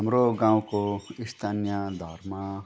हाम्रो गाउँको स्थानीय धर्म